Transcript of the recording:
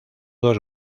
dos